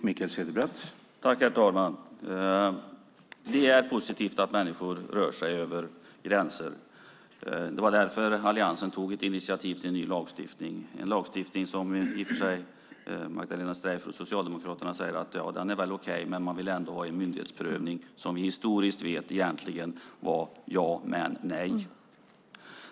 Herr talman! Det är positivt att människor rör sig över gränser. Det var därför Alliansen tog ett initiativ till en ny lagstiftning - en lagstiftning som Magdalena Streijffert och Socialdemokraterna i och för sig säger är okej. Men man vill ändå ha en myndighetsprövning, som vi historiskt vet egentligen var ja men nej.